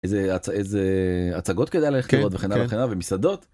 איזה איזה הצגות כדאי ללכת וכן הלאה ומסעדות.